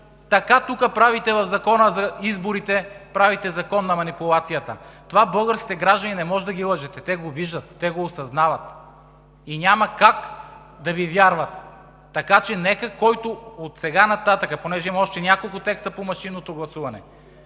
така тук в Закона за изборите правите Закон на манипулацията. Българските граждани не можете да ги лъжете, те го виждат, те го осъзнават и няма как да Ви вярват. Така че нека отсега нататък, понеже има още няколко текста по машинното гласуване,